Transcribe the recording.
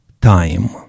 time